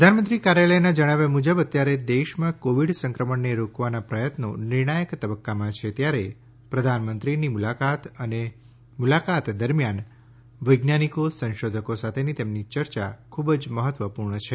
પ્રધાનમંત્રી કાર્યાલયના જણાવ્યા મુજબ અત્યારે દેશમાં કોવિડ સંક્રમણને રોકવાના પ્રયત્નો નિર્ણાયક તબકકામાં છે ત્યારે પ્રધાનમંત્રીની મુલાકાત અને મુલાકાત દરમિયાન વૈજ્ઞાનીકો સંશોધકો સાથેની તેમની યર્યા ખુબ જ મહત્વપુર્ણ છે